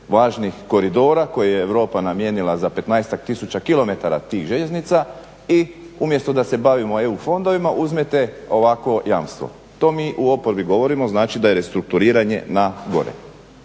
važnih koridora koje je Europa namijenila za 15-ak tisuća kilometara tih željeznica i umjesto da se bavimo EU fondovima, uzmete ovakvo jamstvo. To mi u oporbi govorimo, znači da je restrukturiranje na gore.